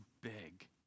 big